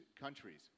countries